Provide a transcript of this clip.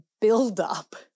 buildup